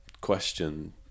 question